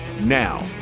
now